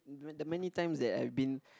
the many times that I have been